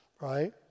right